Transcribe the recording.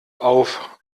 auf